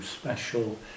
special